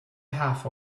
half